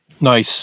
Nice